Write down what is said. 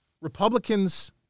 Republicans